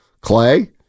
Clay